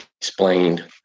explained